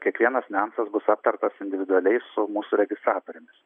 kiekvienas niuansas bus aptartas individualiai su mūsų registratorėmis